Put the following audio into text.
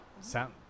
Sound